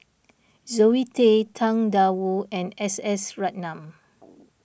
Zoe Tay Tang Da Wu and S S Ratnam